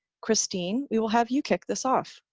christine, we will have you kick this off.